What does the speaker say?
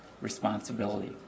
responsibility